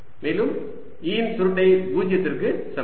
மேலும் E இன் சுருட்டை 0 க்கு சமம்